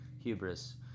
Hubris